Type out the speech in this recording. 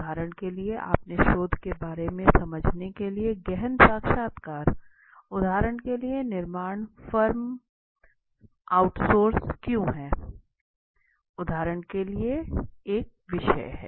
उदाहरण के लिए अपने शोध के बारे में समझने के लिए गहन साक्षात्कार उदाहरण के लिए निर्माण फर्म फर्म आउटसोर्स क्यों हैं उदाहरण के लिए एक विषय है